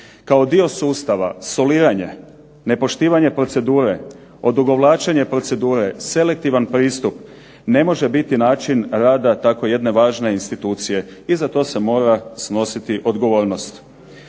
Kao dio sustava, soliranje, nepoštivanje procedure, odugovlačenje procedure, selektivan pristup, ne može biti način rada tako jedne važne institucije i za to se mora snositi odgovornost.